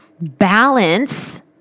balance